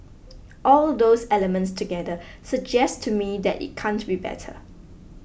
all those elements together suggest to me that it can't be better